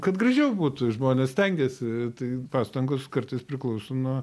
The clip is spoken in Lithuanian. kad gražiau būtų žmonės stengiasi tai pastangos kartais priklauso nuo